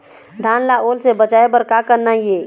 धान ला ओल से बचाए बर का करना ये?